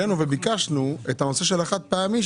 ביקשנו שאת הנושא של החד פעמי,